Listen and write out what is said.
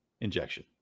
injection